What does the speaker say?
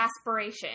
aspiration